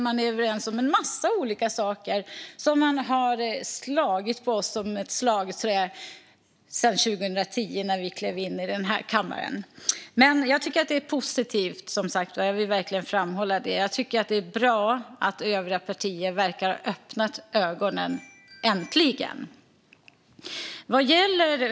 Den är överens om en massa olika saker som har använts som slagträ mot Sverigedemokraterna sedan 2010, när Sverigedemokraterna klev in i denna kammare. Jag tycker som sagt att detta är positivt; jag vill verkligen framhålla det. Jag tycker att det är bra att övriga partier äntligen verkar ha öppnat ögonen.